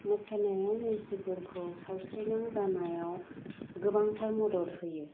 मोसानाया मानसिफोरखौ सावस्रिनां जानायाव गोबांथार मदद होयो